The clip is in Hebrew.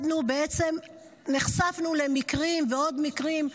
ונחשפנו לעוד ועוד מקרים.